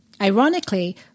Ironically